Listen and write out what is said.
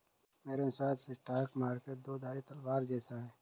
मेरे अनुसार stock market दो धारी तलवार जैसा है